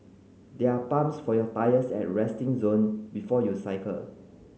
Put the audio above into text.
there are pumps for your tyres at resting zone before you cycle